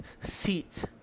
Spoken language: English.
seat